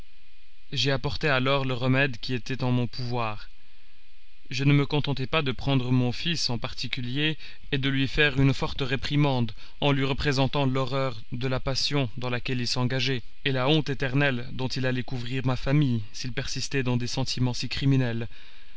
j'y apportai alors le remède qui était en mon pouvoir je ne me contentai pas de prendre mon fils en particulier et de lui faire une forte réprimande en lui représentant l'horreur de la passion dans laquelle il s'engageait et la honte éternelle dont il allait couvrir ma famille s'il persistait dans des sentiments si criminels